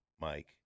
Mike